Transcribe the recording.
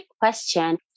question